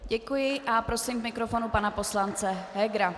Děkuji a prosím k mikrofonu pana poslance Hegera.